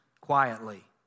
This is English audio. quietly